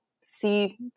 see